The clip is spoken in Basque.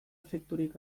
efekturik